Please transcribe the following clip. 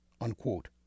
unquote